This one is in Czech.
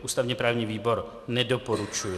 Ústavněprávní výbor nedoporučuje.